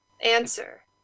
answer